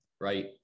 right